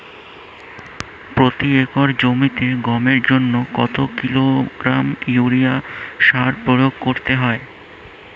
প্রতি একর জমিতে গমের জন্য কত কিলোগ্রাম ইউরিয়া সার প্রয়োগ করতে হয়?